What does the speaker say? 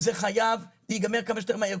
זה חייב להיגמר כמה שיותר מהר.